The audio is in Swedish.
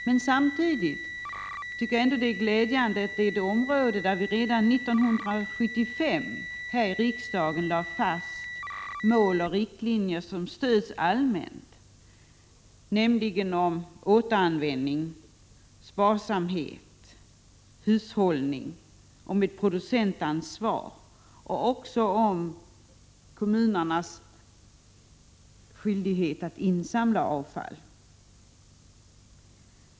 Men samtidigt tycker jag att det är glädjande att det är ett område där vi redan 1975 här i riksdagen lade fast mål och riktlinjer som stöds allmänt i fråga om återanvändning, sparsamhet, hushållning, producentansvar och kommunernas skyldighet att insamla avfall.